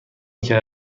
کره